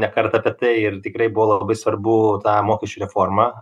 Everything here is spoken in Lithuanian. ne kartą apie tai ir tikrai buvo labai svarbu tą mokesčių reformą